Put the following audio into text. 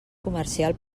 comercial